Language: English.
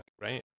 right